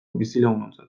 bizilagunontzat